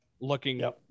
looking